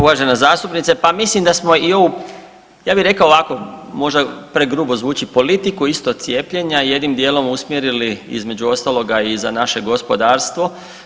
Uvažena zastupnice pa mislim da smo i ovu ja bi rekao ovako možda pregrubo zvuči politiku isto cijepljenja jednim djelom usmjerili između ostaloga i za naše gospodarstvo.